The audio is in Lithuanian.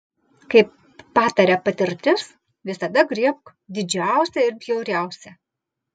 kaip pataria patirtis visada griebk didžiausią ir bjauriausią